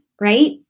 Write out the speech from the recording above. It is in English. right